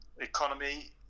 economy